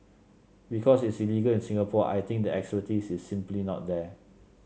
because it's illegal in Singapore I think the expertise is simply not there